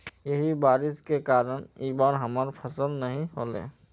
यही बारिश के कारण इ बार हमर फसल नय होले?